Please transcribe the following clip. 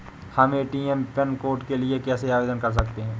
हम ATM pin code के लिए कैसे आवेदन कर सकते हैं?